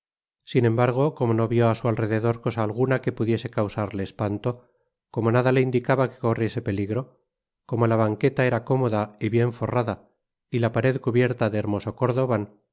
sin embargo como no vió á su alrededor cosa alguna que pudiese causarle espanto como nada le indicaba que corriese peligro como la banqueta era cómoda y bien forrada y la pared cubierta de hermoso cordoban